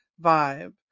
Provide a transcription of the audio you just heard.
vibe